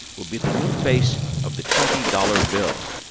will be the new face of the twenty dollars bill.